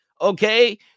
okay